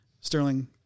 Sterling